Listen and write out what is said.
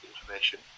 information